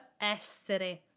essere